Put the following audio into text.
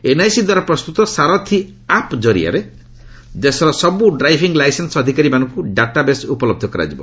NIC ଦ୍ୱାରା ପ୍ରସ୍ତୁତ Sarathi app ଜରିଆରେ ଦେଶର ସବୁ ଡ୍ରାଇଭିଂ ଲାଇସେନ୍ସ ଅଧିକାରୀମାନଙ୍କୁ ଡାଟାବେସ୍ ଉପଲହ୍ଧ ହେବ